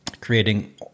creating